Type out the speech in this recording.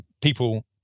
people